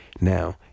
Now